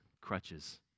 crutches